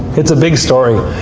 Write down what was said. it's a big story,